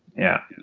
yeah.